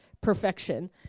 perfection